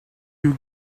you